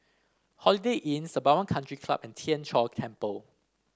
Holiday Inn Sembawang Country Club and Tien Chor Temple